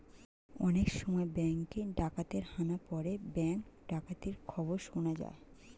অনেক সময় ব্যাঙ্কে ডাকাতের হানা পড়ে ব্যাঙ্ক ডাকাতির খবর শোনা যায়